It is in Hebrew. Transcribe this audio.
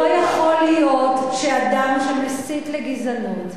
לא יכול להיות שאדם שמסית לגזענות,